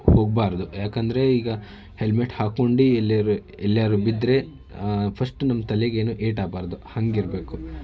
ಹೋಗ್ಬಾರ್ದು ಏಕೆಂದ್ರೆ ಈಗ ಹೆಲ್ಮೆಟ್ ಹಾಕೊಂಡೆ ಎಲ್ಲಿ ಎಲ್ಲಿಯಾದ್ರು ಬಿದ್ದರೆ ಫಸ್ಟ್ ನಮ್ಮ ತಲೆಗೇನು ಏಟು ಆಗ್ಬಾರ್ದು ಹಾಗಿರ್ಬೇಕು